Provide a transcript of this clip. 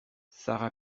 sara